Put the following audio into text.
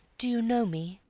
do you know me?